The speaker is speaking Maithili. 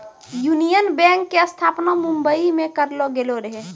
यूनियन बैंक के स्थापना बंबई मे करलो गेलो रहै